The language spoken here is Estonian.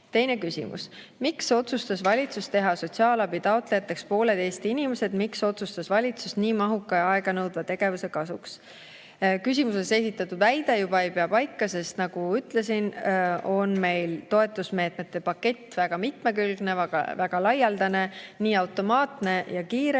Teine küsimus: "Miks otsustas valitsus teha sotsiaalabi taotlejateks pooled Eesti inimesed? Miks otsustas valitsus nii mahuka ja aeganõudva tegevuse kasuks?" Küsimuses esitatud väide juba ei pea paika, sest nagu ütlesin, on meil toetusmeetmete pakett väga mitmekülgne, väga laialdane, nii automaatne ja kiire